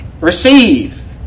receive